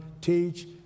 teach